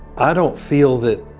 i don't feel that